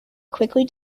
quickly